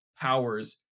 powers